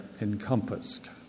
encompassed